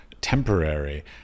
temporary